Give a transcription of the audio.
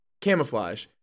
camouflage